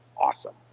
awesome